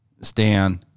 Stan